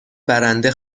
برنده